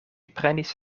prenis